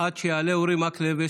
עד שיעלה אורי מקלב,